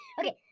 okay